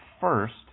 first